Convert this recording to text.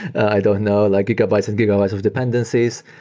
i don't know, like gigabytes and gigabytes of dependencies.